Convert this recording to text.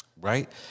right